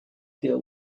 deal